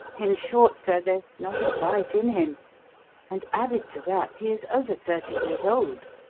in short, sir, there's not a bite in him and, added to that, he is over thirty years old.